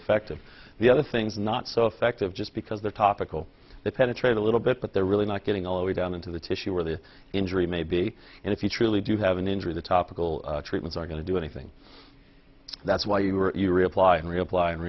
effective the other things not so effective just because they're topical they penetrate a little bit but they're really not getting all the way down into the tissue where the injury may be and if you truly do have an injury the topical treatments are going to do anything that's why you're reply